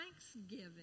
Thanksgiving